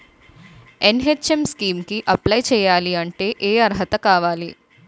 NHM scheme కి apply చేయాలి అంటే ఏ అర్హత కావాలి?